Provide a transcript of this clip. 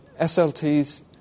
SLTs